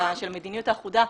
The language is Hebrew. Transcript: של המדיניות אחודה,